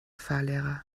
fahrlehrer